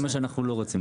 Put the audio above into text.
זה מה שאנחנו לא רוצים.